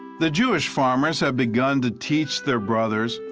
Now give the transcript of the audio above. the jewish farmers have begun to teach their brothers,